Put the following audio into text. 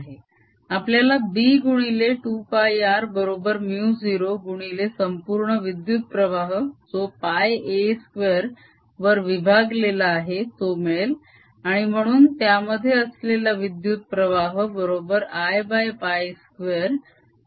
आपल्याला b गुणिले 2 πr बरोबर μ0 गुणिले संपूर्ण विद्युत प्रवाह जो πa2 वर विभागलेला आहे तो मिळेल आणि म्हणून त्यामध्ये असलेला विद्युत प्रवाह बरोबर Iπ2 गुणिले πr2